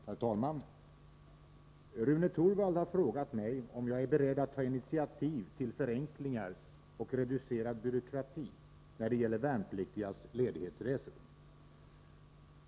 Herr talman! Rune Torwald har frågat mig om jag är beredd att ta initiativ till förenklingar och reducerad byråkrati, när det gäller värnpliktigas ledighetsresor.